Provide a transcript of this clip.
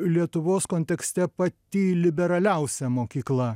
lietuvos kontekste pati liberaliausia mokykla